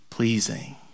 pleasing